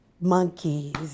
monkeys